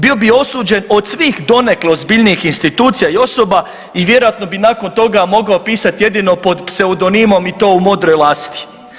Bio bi osuđen od svih donekle ozbiljnijih institucija i osoba i vjerojatno bi nakon toga mogao pisati jedino pod pseudonimom i to u „Modroj lasti“